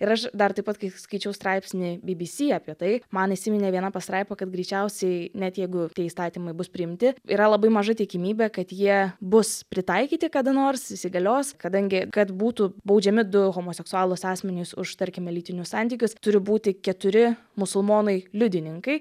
ir aš dar taip pat kai skaičiau straipsnį by by sy apie tai man įsiminė viena pastraipa kad greičiausiai net jeigu tie įstatymai bus priimti yra labai maža tikimybė kad jie bus pritaikyti kada nors įsigalios kadangi kad būtų baudžiami du homoseksualūs asmenys už tarkime lytinius santykius turi būti keturi musulmonai liudininkai